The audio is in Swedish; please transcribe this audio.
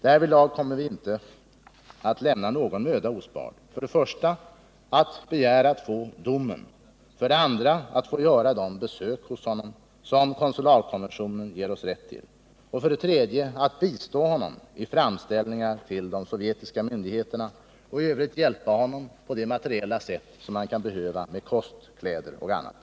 Därvidlag kommer vi inte att spara någon möda när det gäller för det första att begära att få domen, för det andra att få göra de besök hos honom som konsularkonventionen ger oss rätt till och för det tredje att bistå honom vid framställningar till de sovjetiska myndigheterna och i övrigt hjälpa honom på det materiella sätt som han kan behöva med kost, kläder och annat.